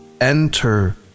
enter